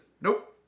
nope